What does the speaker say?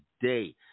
today